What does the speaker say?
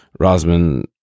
Rosman